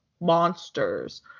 monsters